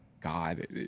God